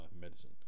medicine